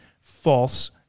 false